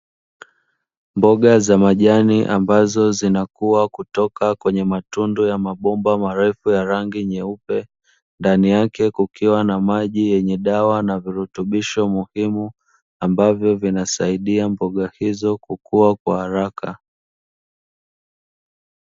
Mboga za majani ambazo zinakuwa kutoka kwenye matundu ya mabomba marefu ya rangi nyeupe, ndani yake kukiwa na maji yenye dawa na virutubisho muhimu ambavyo vinasaidia mboga hizo kukua kwa haraka.